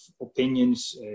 opinions